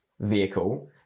vehicle